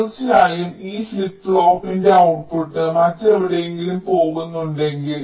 തീർച്ചയായും ഈ ഫ്ലിപ്പ് ഫ്ലോപ്പിന്റെ ഔട്ട്പുട്ട് മറ്റെവിടെയെങ്കിലും പോകുന്നുണ്ടെങ്കിൽ